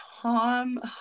Tom